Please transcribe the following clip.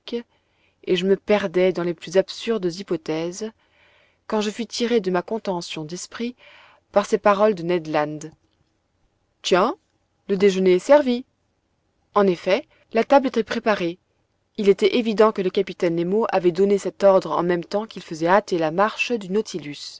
et je me perdais dans les plus absurdes hypothèses quand je fus tiré de ma contention d'esprit par ces paroles de ned land tiens le déjeuner est servi en effet la table était préparée il était évident que le capitaine nemo avait donné cet ordre en même temps qu'il faisait hâter la marche du nautilus